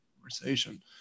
conversation